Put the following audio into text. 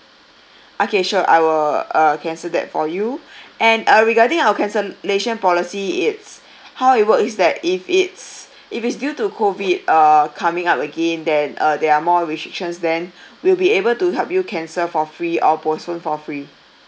okay sure I will uh cancel that for you and uh regarding our cancellation policy it's how it work is that if it's if it's due to COVID uh coming up again then uh there are more restrictions then we'll be able to help you cancel for free or postpone for free